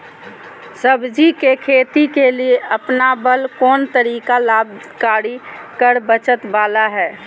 सब्जी के खेती के लिए अपनाबल कोन तरीका लाभकारी कर बचत बाला है?